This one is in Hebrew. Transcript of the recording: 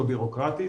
או בירוקרטית